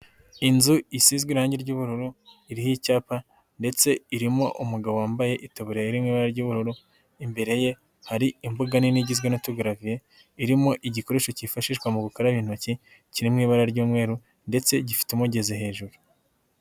Inzu isizwe irangi ry'ubururu iriho icyapa ndetse irimo umugabo wambaye iataburiye irmo ibara ry'ubururu, imbere ye hari imbuga nini igizwe n'utugaraviye irimo igikoresho cyifashishwa mu gukaraba intoki kiri mu ibara ry'umweru ndetse gifite umugezi hejuru.